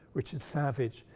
richard savage,